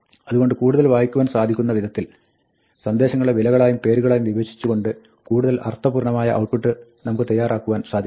അതുകൊണ്ട് കൂടുതൽ വായിക്കുവാൻ സാധിക്കുന്ന വിധത്തിൽ സന്ദേശങ്ങളെ വിലകളായും പേരുകളായും വിഭജിച്ചുകൊണ്ട് കൂടുതൽ അർത്ഥപൂർണ്ണമായ ഔട്ട്പുട്ട് നമുക്ക് തയ്യാറാക്കുവാൻ സാധിക്കും